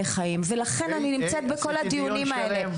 חיים ולכן אני נמצאת בכל הדיונים האלה.